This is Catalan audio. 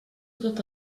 tot